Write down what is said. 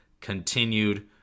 continued